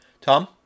Tom